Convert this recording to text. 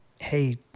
hey